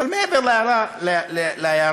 אבל מעבר להערה הזאת,